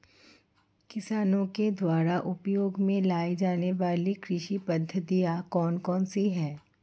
किसानों द्वारा उपयोग में लाई जाने वाली कृषि पद्धतियाँ कौन कौन सी हैं?